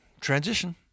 Transition